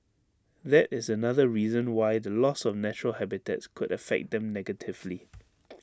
that is another reason why the loss of natural habitats could affect them negatively